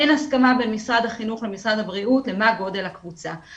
אין הסכמה בין משרד החינוך למשרד הבריאות למה גודל הקבוצה.